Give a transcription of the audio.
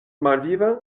malviva